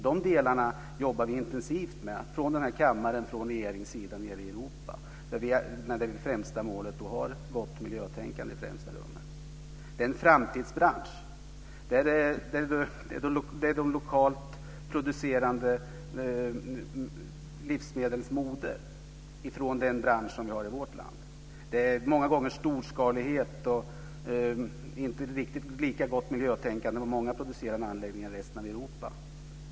De delarna jobbar vi intensivt med från den här kammaren och från regeringens sida nere i Europa. Där är det främsta målet att ha ett gott miljötänkande. Det är en framtidsbransch. Det är ett livsmedelsmode med lokalt producerade varor från den bransch som vi har i vårt land. Många gånger är det storskalighet och inte riktigt lika gott miljötänkande i många producerande anläggningar i resten av Europa.